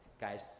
guys